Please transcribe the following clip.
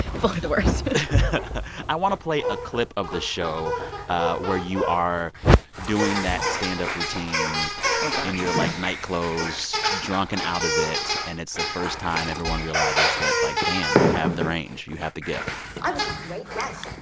fully the worst i want to play a clip of the show where you are doing that stand-up routine oh, gosh. in your, like, nightclothes, drunk and out of it. and it's the first time everyone realizes that, like, damn, you have the range you have the gift i was a great wife.